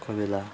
कोही बेला